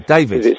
David